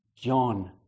John